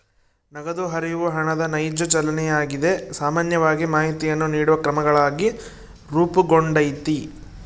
ನಗದು ಹರಿವು ಹಣದ ನೈಜ ಚಲನೆಯಾಗಿದೆ ಸಾಮಾನ್ಯವಾಗಿ ಮಾಹಿತಿಯನ್ನು ನೀಡುವ ಕ್ರಮಗಳಾಗಿ ರೂಪುಗೊಂಡೈತಿ